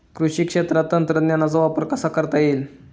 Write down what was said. कृषी क्षेत्रात तंत्रज्ञानाचा वापर कसा करता येईल?